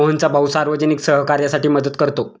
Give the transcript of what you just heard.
मोहनचा भाऊ सार्वजनिक सहकार्यासाठी मदत करतो